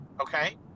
Okay